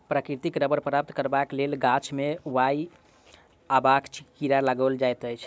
प्राकृतिक रबड़ प्राप्त करबाक लेल गाछ मे वाए आकारक चिड़ा लगाओल जाइत अछि